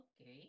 Okay